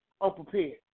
unprepared